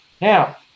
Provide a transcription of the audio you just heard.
Now